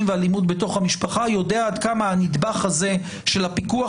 ואלימות בתוך המשפחה יודע עד כמה הנדבך הזה של הפיקוח